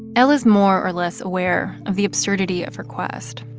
l is more or less aware of the absurdity of her quest.